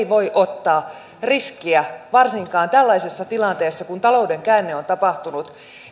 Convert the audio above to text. voi ottaa riskiä varsinkaan tällaisessa tilanteessa kun talouden käänne on tapahtunut